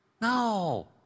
No